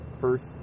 first